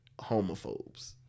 homophobes